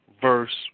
verse